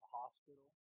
hospital